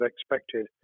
expected